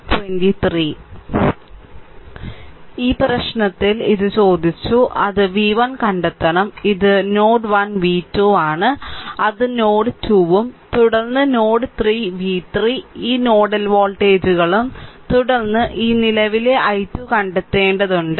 12 ഈ പ്രശ്നത്തിൽ ഇത് ചോദിച്ചു അത് V 1 കണ്ടെത്തണം ഇത് നോഡ് 1 V 2 ആണ് അത് നോഡ് 2 ഉം തുടർന്ന് നോഡ് 3 V 3 ഈ 3 നോഡൽ വോൾട്ടേജുകളും തുടർന്ന് ഈ നിലവിലെ i 2 കണ്ടെത്തേണ്ടതുണ്ട്